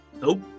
Nope